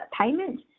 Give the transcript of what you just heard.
payment